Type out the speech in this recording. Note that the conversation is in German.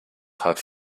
hat